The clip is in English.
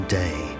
day